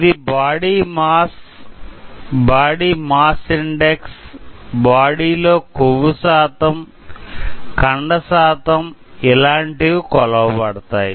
ఇది body mass body mass index body లో క్రొవ్వు శాతం కండ శాతం ఇలాంటివి కొలవబడుతాయి